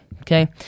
okay